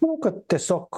manau kad tiesiog